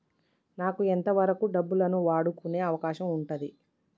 నాకు ఎంత వరకు డబ్బులను వాడుకునే అవకాశం ఉంటది?